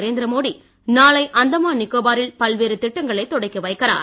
நரேந்திர மோடி நாளை அந்தமான் நிக்கோபா ரில் பல்வேறு திட்டங்களைத் தொடக்கிவைக்கிறார்